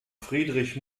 friedrich